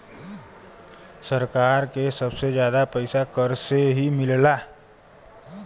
सरकार के सबसे जादा पइसा कर से ही मिलला